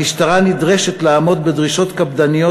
המשטרה נדרשת לעמוד בדרישות קפדניות